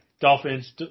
Dolphins